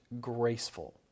graceful